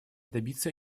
добиться